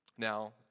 Now